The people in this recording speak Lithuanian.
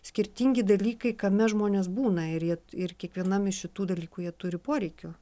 skirtingi dalykai kame žmonės būna ir jie ir kiekvienam iš šitų dalykų jie turi poreikių